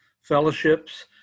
fellowships